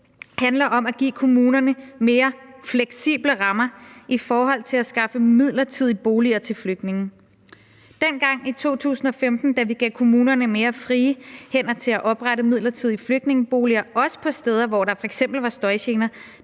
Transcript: handler om at give kommunerne mere fleksible rammer i forhold til at skaffe midlertidige boliger til flygtninge. Dengang i 2015, da vi gav kommunerne mere frie hænder til at oprette midlertidige flygtningeboliger – også på steder, hvor der f.eks. var støjgener